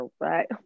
right